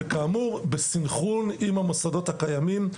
וכאמור סנכרון עם המוסדות הקיימים,